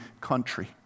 country